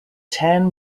ten